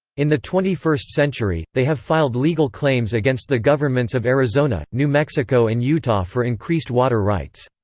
in the twenty first century, they have filed legal claims against the governments of arizona, new mexico and utah for increased water rights.